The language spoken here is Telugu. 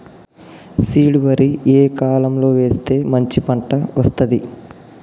సీడ్ వరి ఏ కాలం లో వేస్తే మంచి పంట వస్తది?